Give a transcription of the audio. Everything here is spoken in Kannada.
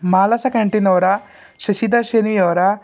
ಮಾಲಸ ಕ್ಯಾಂಟೀನವರಾ ಶಶಿಧರ್ ಶ್ರೀ ಅವರಾ